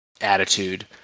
attitude